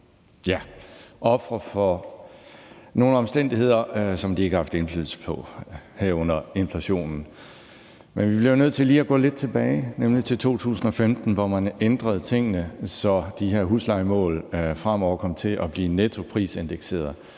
ofre for nogle omstændigheder, som de ikke har haft indflydelse på, herunder inflationen. Men vi bliver jo nødt til lige at gå lidt tilbage, nemlig til 2015, hvor man ændrede tingene, så de her huslejer fremover kom til at blive nettoprisindekseret.